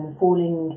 falling